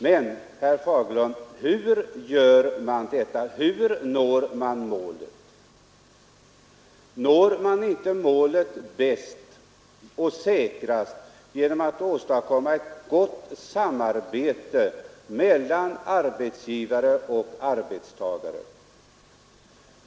Men, herr Fagerlund, hur når man målet? Når man inte målet bäst och säkrast genom att åstadkomma ett gott samarbete mellan arbetsgivare och arbetstagare?